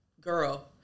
girl